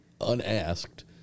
unasked